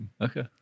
Okay